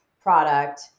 product